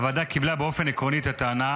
הוועדה קיבלה באופן עקרוני את הטענה,